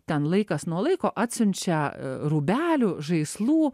ten laikas nuo laiko atsiunčia rūbelių žaislų